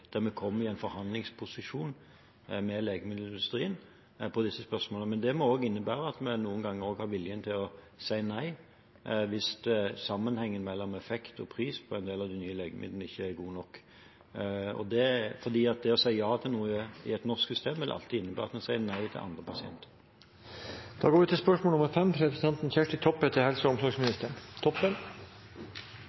en forhandlingsposisjon med legemiddelindustrien om disse spørsmålene. Men det må også innebære at vi noen ganger har vilje til å si nei hvis sammenhengen mellom effekt og pris på en del av de nye legemidlene ikke er god nok. Å si ja til noe i et norsk system vil alltid innebære at en sier nei til noe annet. «Vil regjeringa sikre at kvinner i reproduktiv alder som skal inn i Legemiddelassistert rehabilitering, får tilbod om gratis, langtidsverkande prevensjon, og